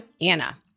Anna